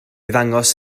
ddangos